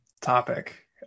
topic